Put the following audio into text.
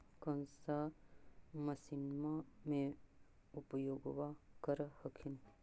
कौन सा मसिन्मा मे उपयोग्बा कर हखिन?